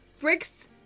Bricks